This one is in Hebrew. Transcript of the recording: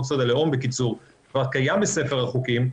יסוד: הלאום בקיצור כבר קיים בספר החוקים,